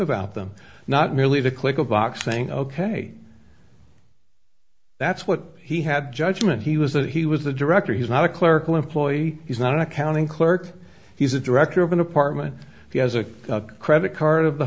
about them not merely to click a box saying ok that's what he had judgment he was that he was the director he's not a clerical employee he's not an accounting clerk he's a director of an apartment he has a credit card of the